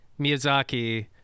Miyazaki